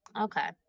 Okay